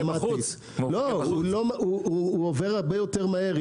הוא עובר הרבה יותר מהר.